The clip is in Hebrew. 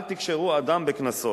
אל תקשרו אדם בקנסות.